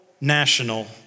national